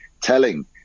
telling